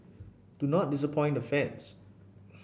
do not disappoint the fans